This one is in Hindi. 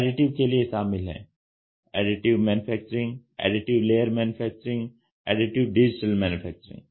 एडिटिव के लिए शामिल है additive manufacturing additive layer manufacturing additive digital manufacturing